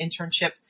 internship